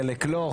חלק לא,